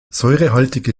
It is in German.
säurehaltige